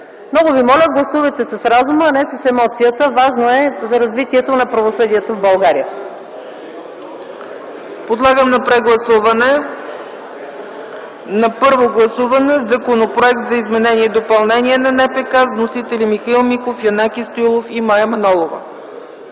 на ГЕРБ. Моля, гласувайте с разум, а не с емоция. Важно е за развитие на правосъдието в България. ПРЕДСЕДАТЕЛ ЦЕЦКА ЦАЧЕВА: Подлагам на прегласуване на първо гласуване Законопроекта за изменение и допълнение на НПК с вносители Михаил Миков, Янаки Стоилов и Мая Манолова.